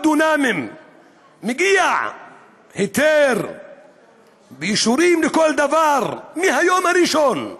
דונמים מגיע היתר ואישורים לכל דבר מהיום הראשון,